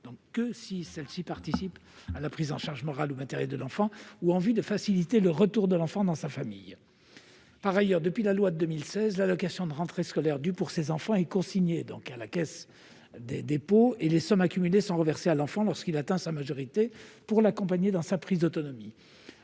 lorsque celle-ci participe à la prise en charge morale ou matérielle de l'enfant ou en vue de faciliter le retour de l'enfant dans son foyer. Par ailleurs, depuis la loi de 2016, l'allocation de rentrée scolaire due pour ces enfants est consignée à la Caisse des dépôts et consignations et les sommes accumulées sont reversées à l'enfant lorsque celui-ci atteint sa majorité, afin de l'accompagner dans sa prise d'autonomie.